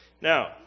Now